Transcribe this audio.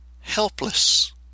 helpless